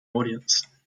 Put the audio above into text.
audience